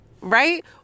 right